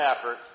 effort